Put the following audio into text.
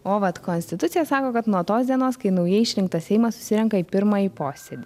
o vat konstitucija sako kad nuo tos dienos kai naujai išrinktas seimas susirenka į pirmąjį posėdį